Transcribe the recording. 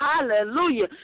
hallelujah